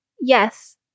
Yes